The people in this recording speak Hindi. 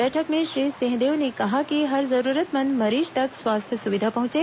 बैठक में श्री सिंहदेव ने कहा कि हर जरूरतमंद मरीज तक स्वास्थ्य सुविधा पहुंचे